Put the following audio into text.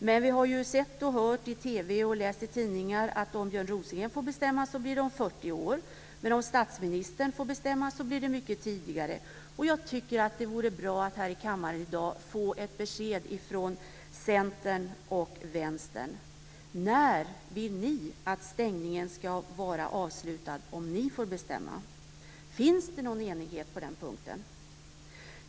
Men vi har sett och hört i TV och läst i tidningar att om Björn Rosengren får bestämma blir det om 40 år, men om statsministern får bestämma blir det mycket tidigare. Jag tycker att det vore bra att här i kammaren i dag få ett besked från Centern och Vänstern. När vill ni att stängningen ska vara avslutad om ni får bestämma? Finns det någon enighet på den punkten?